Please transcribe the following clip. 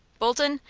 bolton,